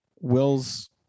Will's